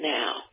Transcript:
now